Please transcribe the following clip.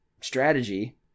strategy